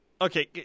Okay